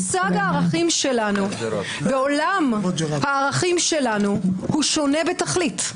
מושג הערכים שלנו ועולם הערכים שלנו שונה בתכלית,